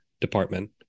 department